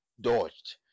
dodged